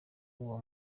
uwo